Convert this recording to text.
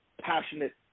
passionate